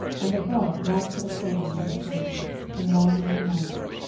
and above lights were ascending and descending from landing to landing.